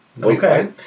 Okay